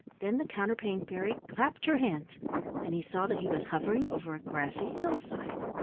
then the counterpane fairy clapped her hands and he saw that he was hovering over a grassy hillside.